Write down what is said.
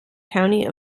county